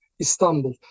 Istanbul